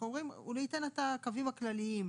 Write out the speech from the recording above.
אנחנו אומרים שניתן את הקווים הכלליים.